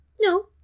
No